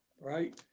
right